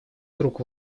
круг